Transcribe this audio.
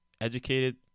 educated